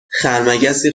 خرمگسی